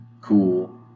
cool